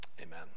Amen